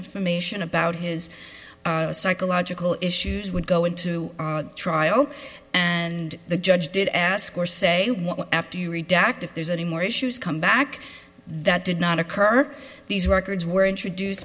information about his psychological issues would go into trial and the judge did ask or say after you read direct if there's any more issues come back that did not occur or these records were introduced